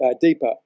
deeper